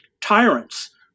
tyrants